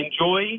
enjoy